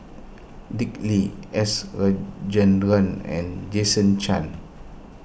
Dick Lee S Rajendran and Jason Chan